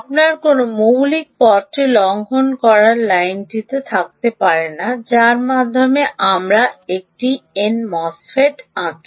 আপনার কোনও মৌলিক পথটি লঙ্ঘন করার লাইনটি থাকতে পারে না যার মাধ্যমে আমরা একটি এমওএসএফইটি আঁকি